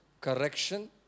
correction